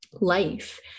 life